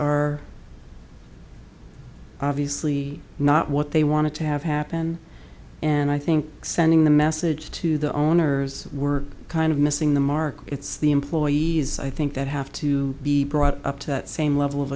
are obviously not what they want to have happen and i think sending the message to the owners we're kind of missing the mark it's the employees i think that have to be brought up to that same level of